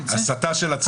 הסתה של עצמה.